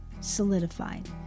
solidified